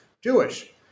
Jewish